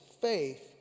faith